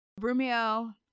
Brumio